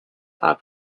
are